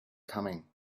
coming